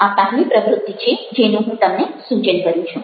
આ પહેલી પ્રવૃત્તિ છે જેનું હું તમને સૂચન કરું છું